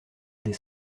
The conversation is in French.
des